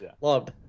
loved